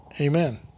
amen